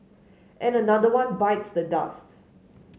and another one bites the dusts